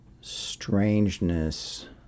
strangeness